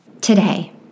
Today